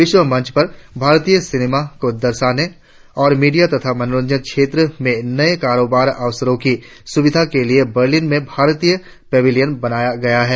विश्व मंच पर भारतीय सिनेमा को दर्शनि और मीडिया तथा मनोरंजन क्षेत्र में नये कारोबार अवसरो की सुविधा के लिए बर्लिनेल में भारतीय पवेलियन बनाया गया है